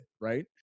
right